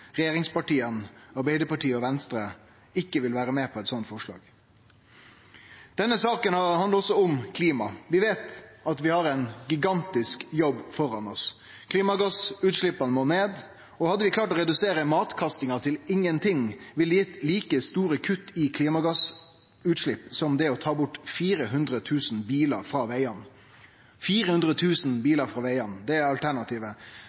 eit slikt forslag. Denne saka handlar også om klima. Vi veit at vi har ein gigantisk jobb framfor oss. Klimagassutsleppa må ned, og hadde vi klart å redusere matkastinga til ingenting, ville det gitt like store kutt i klimagassutslepp som det å ta bort 400 000 bilar frå vegane – 400 000 bilar frå vegane er alternativet.